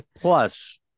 plus